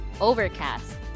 Overcast